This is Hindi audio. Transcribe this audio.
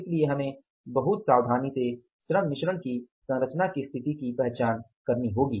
इसलिए हमें बहुत सावधानी से श्रम मिश्रण की संरचना की स्थिती की पहचान करनी होगी